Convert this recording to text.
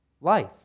Life